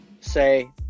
say